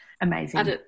amazing